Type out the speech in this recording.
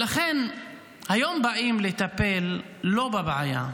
היום לא באים לטפל בבעיה האמיתית,